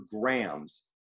grams